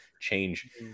change